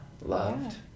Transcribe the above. loved